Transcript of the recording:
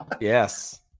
yes